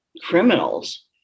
criminals